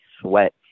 Sweat